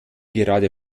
gerade